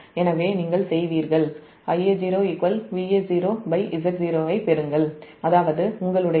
எனவே நீங்கள் Ia0 Va0Z0ஐப் பெறுங்கள் அதாவது உங்களுடைய 0